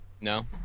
No